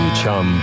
chum